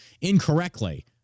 incorrectly